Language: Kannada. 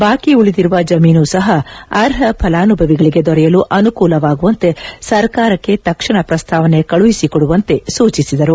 ಬಾಕಿ ಉಳಿದಿರುವ ಜಮೀನು ಸಹ ಅರ್ಹ ಫಲಾನುಭವಿಗಳಿಗೆ ದೊರೆಯಲು ಅನುಕೂಲವಾಗುವಂತೆ ಸರ್ಕಾರಕ್ಕೆ ತಕ್ಷಣ ಪ್ರಸ್ತಾವನೆ ಕಳುಹಿಸಿಕೊಡುವಂತೆ ಸೂಚಿಸಿದರು